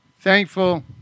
Thankful